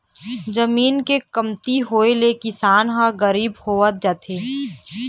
जमीन के कमती होए ले किसान ह गरीब होवत जावत हे